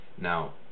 Now